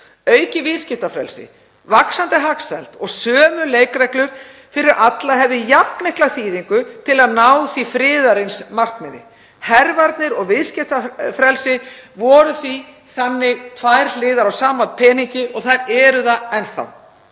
Aukið viðskiptafrelsi, vaxandi hagsæld og sömu leikreglur fyrir alla hefðu jafn mikla þýðingu til að ná því friðarins markmiði. Hervarnir og viðskiptafrelsi voru því þannig tvær hliðar á sama peningi og þær eru það enn þá.